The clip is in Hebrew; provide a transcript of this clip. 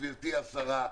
גברתי השרה,